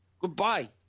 Goodbye